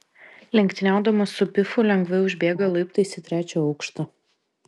lenktyniaudamas su pifu lengvai užbėga laiptais į trečią aukštą